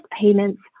payments